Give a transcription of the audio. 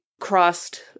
crossed